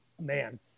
man